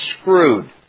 screwed